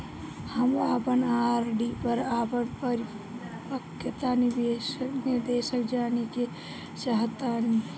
हम अपन आर.डी पर अपन परिपक्वता निर्देश जानेके चाहतानी